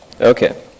Okay